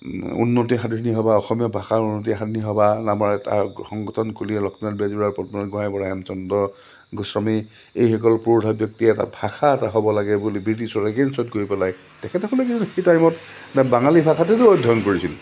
উন্নতি সাধনী সভা অসমীয়া ভাষাৰ উন্নতি সাধনী সভা নামাৰ এটা সংগঠন খুলি লক্ষ্মীনাথ বেজবৰুৱা পদ্মনাথ গোঁহাই বৰুৱা হেমচন্দ্ৰ গোস্বামী এইসকল পুৰোধা ব্যক্তিয়ে এটা ভাষা এটা হ'ব লাগে বুলি ব্ৰিটিছৰ এগেঞ্চত গৈ পেলাই তেখেতসকলে কিন্তু সেই টাইমত বাঙালী ভাষাতেতো অধ্যয়ন কৰিছিল